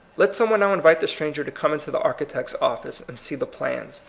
let some one now invite the stranger to come into the architect's office, and see the plans.